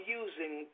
using